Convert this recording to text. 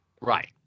right